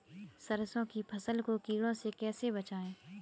सरसों की फसल को कीड़ों से कैसे बचाएँ?